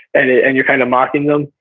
and and you're kind of mocking them,